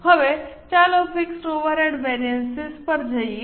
હવે ચાલો fix overhead variant પર જઈએ